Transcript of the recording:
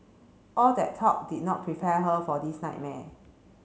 all that talk did not prepare her for this nightmare